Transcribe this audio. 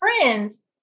friends